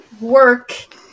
work